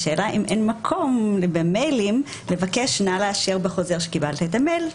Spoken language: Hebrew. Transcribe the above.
השאלה אם אין מקום במיילים לבקש לאשר בחוזר שהמייל התקבל.